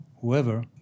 whoever